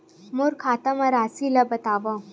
मोर खाता म राशि ल बताओ?